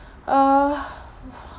uh